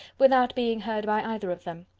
without being heard by either of them.